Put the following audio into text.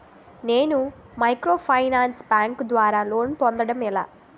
నేను మైక్రోఫైనాన్స్ బ్యాంకుల ద్వారా లోన్ పొందడం ఎలా?